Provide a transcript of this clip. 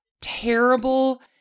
terrible